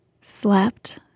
Slept